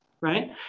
Right